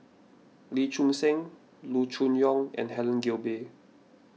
Lee Choon Seng Loo Choon Yong and Helen Gilbey